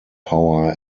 power